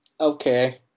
okay